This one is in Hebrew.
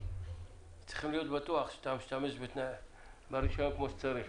צריכים להיות בטוחים שאתה משתמש ברישיון כמו שצריך.